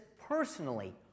personally